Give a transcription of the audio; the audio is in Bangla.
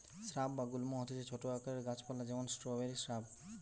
স্রাব বা গুল্ম হতিছে ছোট আকারের গাছ পালা যেমন স্ট্রওবেরি শ্রাব